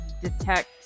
detect